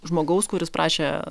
žmogaus kuris prašė